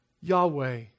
Yahweh